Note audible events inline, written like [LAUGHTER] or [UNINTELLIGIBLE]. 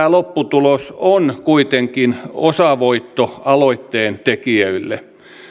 [UNINTELLIGIBLE] lopputulos on kuitenkin osavoitto aloitteen tekijöille